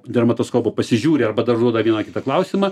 dermatoskopu pasižiūri arba dar užduoda vieną kitą klausimą